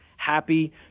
Happy